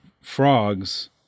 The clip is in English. frogs